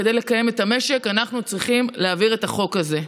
כדי לקיים את המשק אנחנו צריכים להעביר את החוק הזה.